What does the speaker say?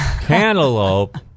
cantaloupe